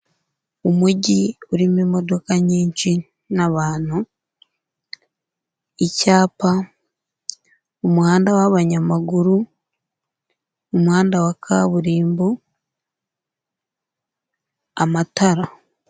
Umujyi urimo imodoka nyinshi n'abantu, icyapa, umuhanda w'abanyamaguru, umuhanda wa kaburimbo, amatara.